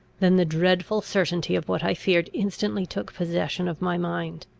than the dreadful certainty of what i feared instantly took possession of my mind.